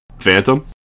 phantom